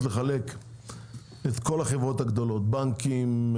לחלק עבור כל החברות הגדולות בנקים,